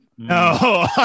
no